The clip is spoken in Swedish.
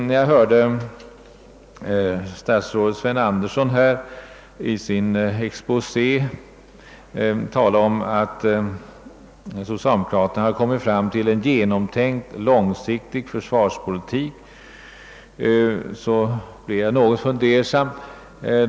När jag hörde statsrådet Sven Andersson i sin exposé tala om att socialdemokraterna hade kommit fram till en »genomtänkt långsiktig försvarspolitik», blev jag något fundersam.